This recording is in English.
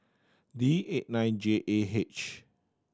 D eight nine J A H